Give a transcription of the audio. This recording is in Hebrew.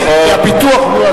כי הפיתוח הוא,